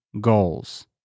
goals